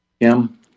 Kim